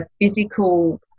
physical